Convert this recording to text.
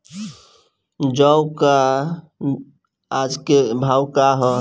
जौ क आज के भाव का ह?